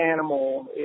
animal